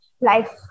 life